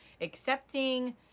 accepting